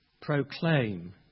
proclaim